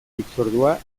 hitzordua